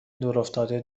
دورافتاده